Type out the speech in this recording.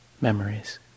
memories